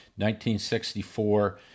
1964